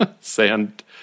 Sand